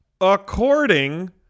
according